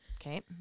Okay